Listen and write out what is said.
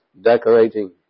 decorating